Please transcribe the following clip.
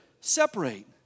separate